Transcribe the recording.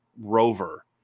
rover